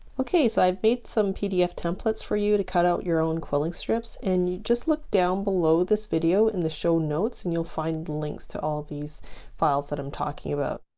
okay so i've made some pdf templates for you to cut out your own quilling strips, and just look down below this video in the show notes, and you'll find the links to all these files that i'm talking about.